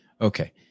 Okay